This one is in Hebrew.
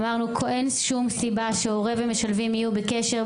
אמרנו שאין שום סיבה שהורה ומשלבים לא יהיו בקשר,